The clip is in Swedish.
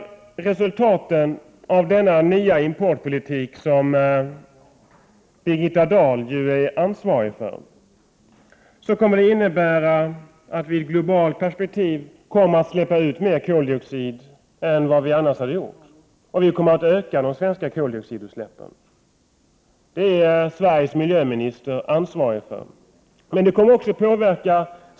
Ett resultat av denna nya importpolitik, som Birgitta Dahl ju är ansvarig för, är att vi i ett globalt perspektiv kommer att släppa ut mer koldioxid än vi annars skulle ha gjort. Vi kommer alltså att öka koldioxidutsläppen här i Sverige. För detta är Sveriges miljöminister ansvarig.